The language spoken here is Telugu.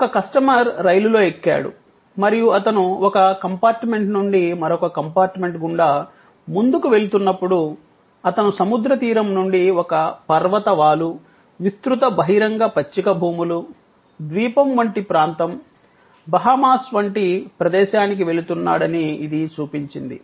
ఒక కస్టమర్ రైలులో ఎక్కాడు మరియు అతను ఒక కంపార్ట్మెంట్ నుండి మరొక కంపార్ట్మెంట్ గుండా ముందుకు వెళుతున్నప్పుడు అతను సముద్ర తీరం నుండి ఒక పర్వత వాలు విస్తృత బహిరంగ పచ్చికభూములు ద్వీపం వంటి ప్రాంతం బహామాస్ వంటి ప్రదేశానికి వెళుతున్నాడని ఇది చూపించింది